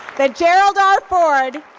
the gerald r. ford,